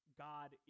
God